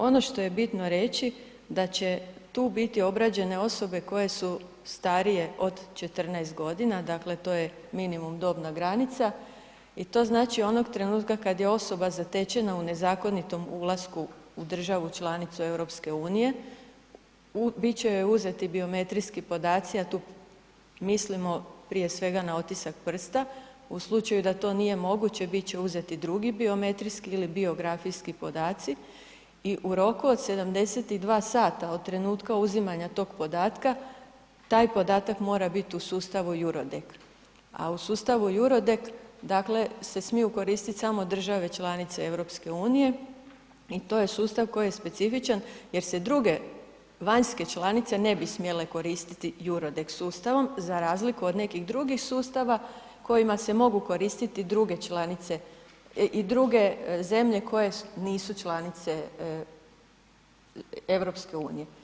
Ono što je bitno reći da će tu biti obrađene osobe koje su starije od 14 godina, dakle to je minimum dobna granica i to znači onog trenutka kad je osoba zatečena u nezakonitom ulasku u državu članicu EU bit će joj uzeti biometrijski podaci, a tu mislimo prije svega na otisak prsta, u slučaju da to nije moguće bit će uzeti drugi biometrijski ili biografijski podaci i u roku od 72 sata od trenutka uzimanja tog podatka, taj podatak mora biti u sustavu EURODAC, a u sustavu EURODAC dakle, se smiju koristit samo države članice EU i to je sustav koji je specifičan jer se druge vanjske članice ne bi smjele koristiti EURODAC sustavom za razliku od nekih drugih sustava kojima se mogu koristiti druge članice, druge zemlje koje nisu članice EU.